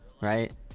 right